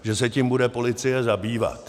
Že se tím bude policie zabývat.